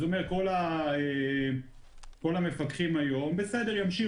הוא אומר שכל הפקחים היום ימשיכו,